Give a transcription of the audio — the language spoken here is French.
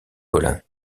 collin